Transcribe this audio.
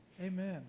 Amen